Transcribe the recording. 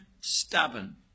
stubborn